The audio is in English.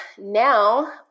now